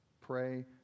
pray